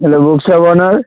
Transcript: hello book shop owner